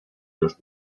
los